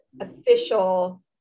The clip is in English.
official